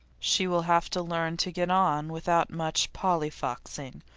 she will have to learn to get on without much polly-foxing.